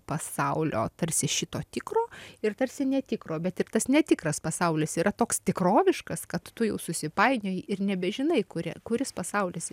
pasaulio tarsi šito tikro ir tarsi netikro bet ir tas netikras pasaulis yra toks tikroviškas kad tu jau susipainioji ir nebežinai kuri kuris pasaulis